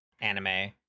anime